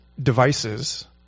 devices